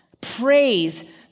praise